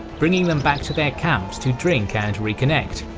bringing them back to their camps to drink and reconnect.